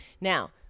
Now